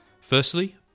Firstly